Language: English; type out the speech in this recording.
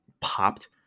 popped